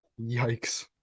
Yikes